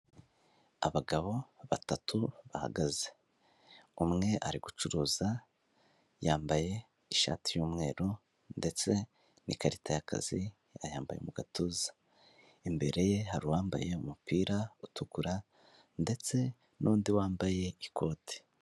Abagabo batatu bahagaze. Umwe ari gucuruza, yambaye ishati y'umweru ndetse n'ikarita y'akazi, ayambaye mu gatuza. Imbere ye hari uwambaye umupira utukura, ndetse n'undi wambaye ikoti.